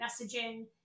messaging